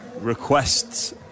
requests